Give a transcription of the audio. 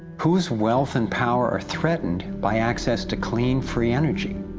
whose wealth and power are threatened by access to clean, free energy?